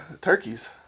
turkeys